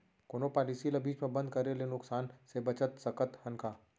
कोनो पॉलिसी ला बीच मा बंद करे ले नुकसान से बचत सकत हन का?